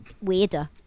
weirder